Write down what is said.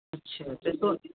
ਅੱਛਾ ਅਤੇ ਤੁਹਾਡੀ